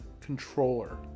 controller